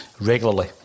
regularly